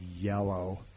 yellow